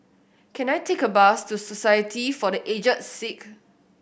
can I take a bus to Society for The Aged Sick